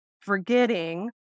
Forgetting